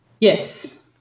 Yes